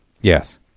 Yes